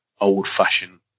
old-fashioned